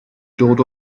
dod